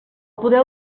podeu